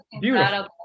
beautiful